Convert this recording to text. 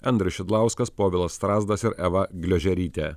andrius šidlauskas povilas strazdas ir eva gliožerytė